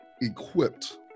equipped